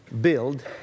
build